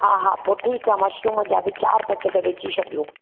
हा हा पोइ ठीकु आहे मशरूम जा बि चारि पैकेट विझी छॾियो